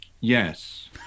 Yes